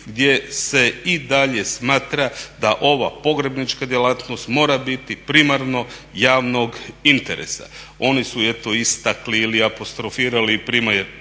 gdje se i dalje smatra da ova pogrebnička djelatnost mora biti primarno, javnog interesa. Oni su eto istakli ili apostrofirali primjer